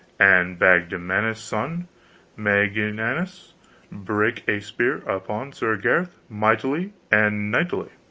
and bagdemagus's son meliganus brake a spear upon sir gareth mightily and knightly.